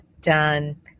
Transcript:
done